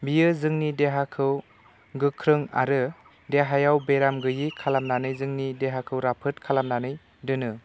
बियो जोंनि देहाखौ गोख्रों आरो देहायाव बेराम गैयै खालामनानै जोंनि देहाखौ राफोद खालामनानै दोनो